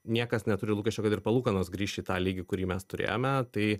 niekas neturi lūkesčių kad ir palūkanos grįš į tą lygį kurį mes turėjome tai